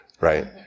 Right